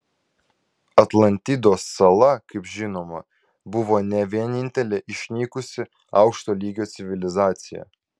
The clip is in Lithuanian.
atlantidos sala kaip žinoma buvo ne vienintelė išnykusi aukšto lygio civilizacija